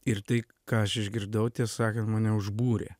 ir tai ką aš išgirdau tiesą sakant mane užbūrė